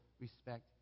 respect